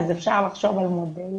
אז אפשר לחשוב על מודל